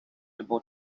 about